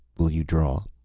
will you draw?